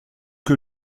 que